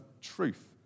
truth